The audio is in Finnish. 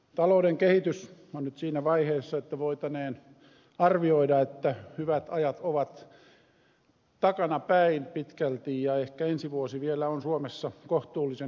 talouden kehitys on nyt siinä vaiheessa että voitaneen arvioida että hyvät ajat ovat takanapäin pitkälti ja ehkä ensi vuosi vielä on suomessa kohtuullisen hyvä